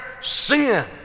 sin